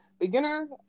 beginner